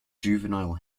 juvenile